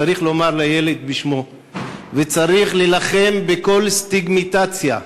צריך לקרוא לילד בשמו וצריך להילחם בכל סטיגמטיזציה: